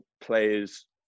players